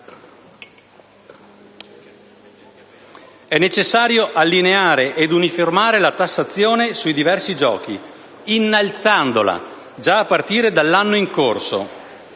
È necessario allineare ed uniformare la tassazione sui diversi giochi, innalzandola già a partire dall'anno in corso.